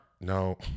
No